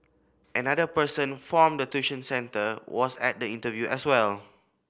another person form the tuition centre was at the interview as well